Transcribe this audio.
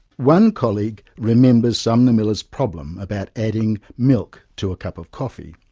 one colleague remembered sumner miller's problem about adding milk to a cup of coffee,